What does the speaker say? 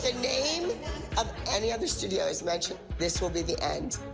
ah name of any other studio is mentioned, this will be the end.